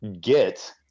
get